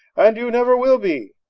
and you never will be.